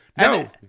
no